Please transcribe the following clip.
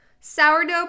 sourdough